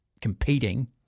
competing